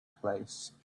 place